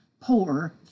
poor